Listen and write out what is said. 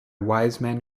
wiseman